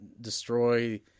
destroy